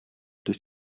durch